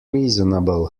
reasonable